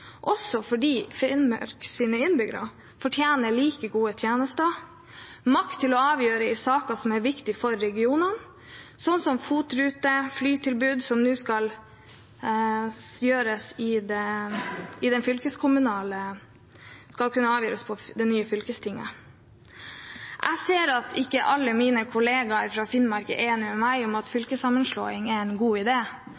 også fordi Finnmarks innbyggere fortjener like gode tjenester og makt til å avgjøre i saker som er viktig for regionene, slik som FOT-rute og flytilbud, som nå skal kunne avgjøres på det nye fylkestinget. Jeg ser at ikke alle mine kolleger fra Finnmark er enig med meg i at